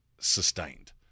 sustained